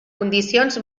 condicions